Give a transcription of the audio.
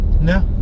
no